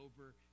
over